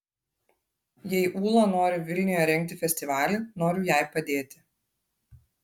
jei ūla nori vilniuje rengti festivalį noriu jai padėti